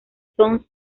son